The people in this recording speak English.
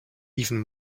even